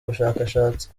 ubushakashatsi